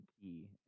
key